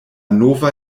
nova